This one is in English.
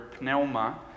pneuma